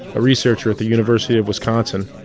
a researcher at the university of wisconsin,